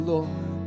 Lord